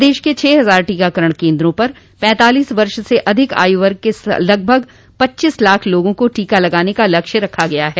प्रदेश के छः हजार टीकाकरण केन्द्रा पर पैतालीस वर्ष से अधिक आयू वर्ग के लगभग पच्चीस लाख लोगों को टीका लगाने का लक्ष्य रखा गया है